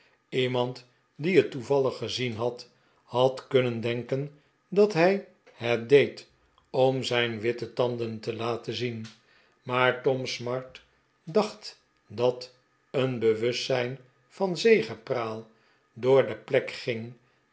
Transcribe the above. iemand die het toevallig gezien had had kunnen denken dat hij het deed om zijn witte tanden te laten zien maar tom smart dacht dat een bewustzijn van zegepraal door de plek ging